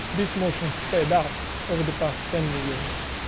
this motion sped up over the past ten million years.